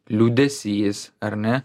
liūdesys ar ne